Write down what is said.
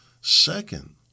Second